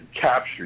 captured